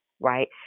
right